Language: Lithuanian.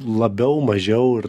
labiau mažiau ir